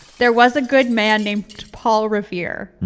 there was a good man named paul revere,